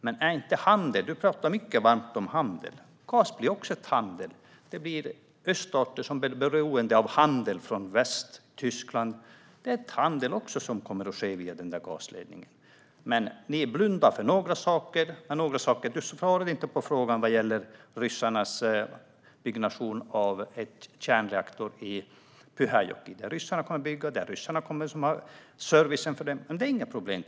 Sofia Fölster pratar mycket varmt om handel, och gas är också handel. Det är öststater som blir beroende av handel från väst, Tyskland. Det är också handel som kommer att ske via den gasledningen. Ni blundar för några saker. Sofia Fölster svarade inte på frågan om ryssarnas byggnation av en kärnreaktor i Pyhäjoki, där ryssarna kommer att bygga och ha servicen. Det är tydligen inga problem.